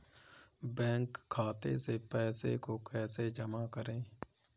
Bank खाते से पैसे को कैसे जमा करें?